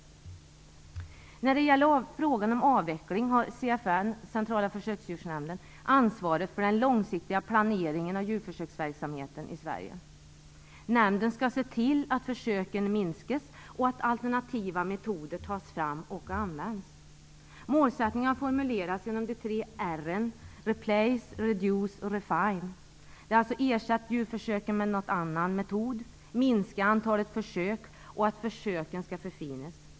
När det gäller frågan om avveckling har CFN, Centrala försöksdjursnämnden, ansvaret för den långsiktiga planeringen av djurförsöksverksamheten i Sverige. Nämnden skall se till att antalet försök minskas och att alternativa metoder tas fram och används. Målsättningen har formulerats genom de tre R:en - Replace, Reduce och Refine - dvs. att djurförsöken ersätts med någon annan metod, att antalet försök minskas och förfinas.